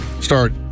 start